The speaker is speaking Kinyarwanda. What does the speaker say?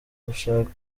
gushaka